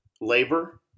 labor